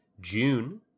June